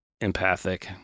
empathic